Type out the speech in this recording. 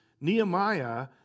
Nehemiah